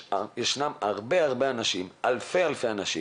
יש אלפי אנשים